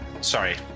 sorry